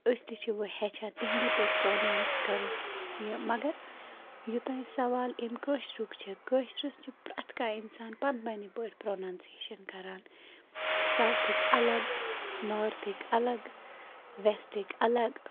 أسۍ تہِ چھِ چھِ وَنہٕ ہیٚچھان تِہندِ پٲٹھۍ پرٛونانیس کَرُن یہِ مگر یوتانۍ سَوال اَمہِ کٲشرُک چھِ کٲشرس چھِ پرٮ۪تھ کانٛہہ اِنسان پن پنٕنۍ پٲٹھۍ پرٛنانسیشن کَران سوتھٕکۍ الگ نارتھٕکۍ الگ ویسٹٕکۍ الگ